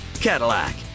Cadillac